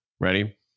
ready